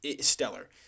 stellar